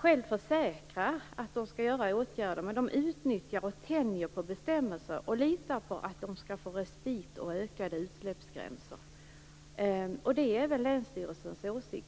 Shell försäkrar att man skall vidta åtgärder men utnyttjar och tänjer samtidigt på bestämmelser och litar på att man skall få respit och ökade utsläppsgränser. Detta är även länsstyrelsens åsikt.